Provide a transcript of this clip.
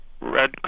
red